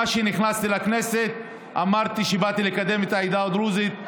מאז שנכנסתי לכנסת אמרתי שבאתי לקדם את העדה הדרוזית,